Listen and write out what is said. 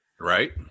Right